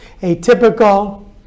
atypical